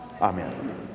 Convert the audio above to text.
Amen